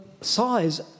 size